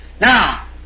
Now